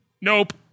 Nope